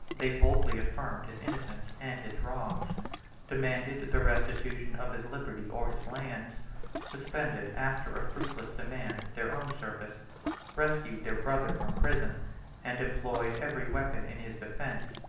they boldly affirmed his innocence and his wrongs demanded the restitution of his liberty or his lands suspended, after a fruitless demand, their own service rescued their brother from prison and employed every weapon in his defence,